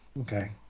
okay